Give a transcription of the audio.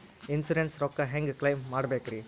Insurance ರೊಕ್ಕ ಹೆಂಗ claim ಮಾಡ್ಬೇಕ್ರಿ?